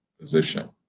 position